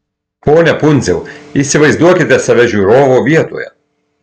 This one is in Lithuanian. pone pundziau įsivaizduokite save žiūrovo vietoje